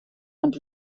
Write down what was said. und